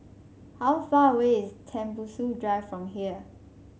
how far away is Tembusu Drive from here